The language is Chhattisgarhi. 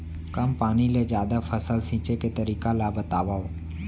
कम पानी ले जादा फसल सींचे के तरीका ला बतावव?